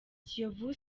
kiyovu